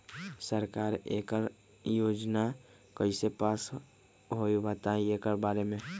सरकार एकड़ योजना कईसे पास होई बताई एकर बारे मे?